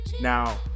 Now